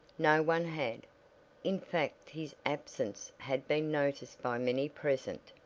no one had in fact his absence had been noticed by many present.